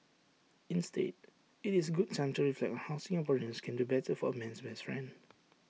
instead IT is A good time to reflect on how Singaporeans can do better for man's best friend